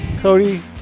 Cody